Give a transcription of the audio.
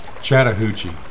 Chattahoochee